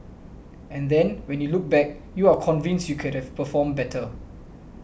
and then when you look back you are convinced you could have performed better